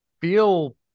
feel